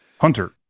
Hunter